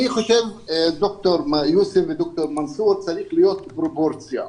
אני חושב שצריכה להיות פרופורציה.